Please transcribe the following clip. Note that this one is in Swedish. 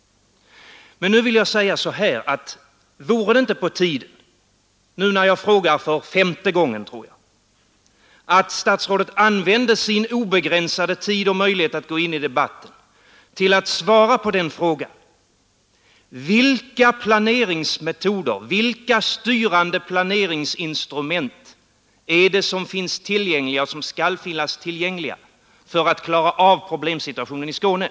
Vore det inte nu på tiden när jag frågar för jag tror femte gången, att statsrådet använder sin obegränsade tid och möjlighet att gå in i debatten till att svara på frågan: Vilka planeringsmetoder, vilka styrande planeringsinstrument finns det tillgängliga för att klara upp problemsituationen i Skåne?